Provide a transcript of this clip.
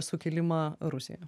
sukilimą rusijoj